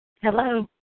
Hello